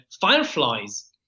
fireflies